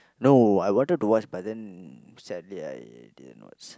no I wanted to watch but then sadly I didn't watch